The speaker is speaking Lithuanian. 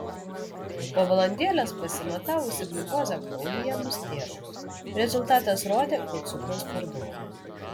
po valandėlės pasimatavusi gliukozę kraujyje nustėrau rezultatas rodė kad cukraus per daug